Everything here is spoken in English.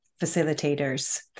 facilitators